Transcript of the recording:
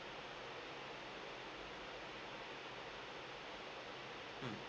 mm